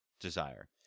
desire